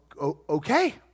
Okay